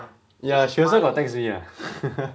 ya she also got text me ah